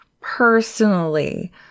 Personally